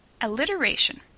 Alliteration